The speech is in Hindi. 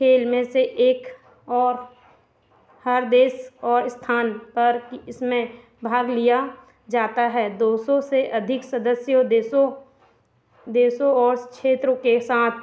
खेल में से एक और हर देश और स्थान पर कि इसमें भाग लिया जाता है दो सौ से अधिक सदस्यों देशों देशों और क्षेत्रों के साथ